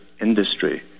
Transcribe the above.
industry